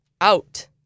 out